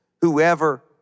whoever